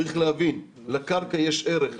צריך להבין שלקרקע יש ערך,